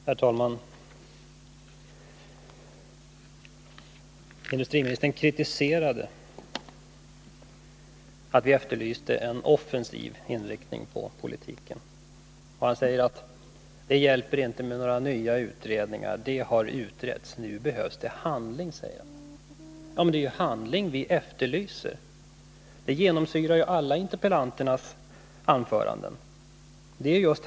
Herr talman! Industriministern kritiserade oss när vi efterlyste en offensiv inriktning av politiken. Han sade att det inte hjälper med några nya utredningar, utan nu behövs det handling. Men det är ju handling som vi efterlyser. Detta genomsyrar ju alla interpellanters anföranden.